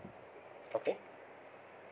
okay